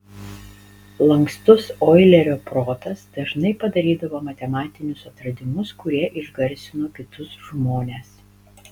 lankstus oilerio protas dažnai padarydavo matematinius atradimus kurie išgarsino kitus žmones